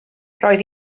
roedd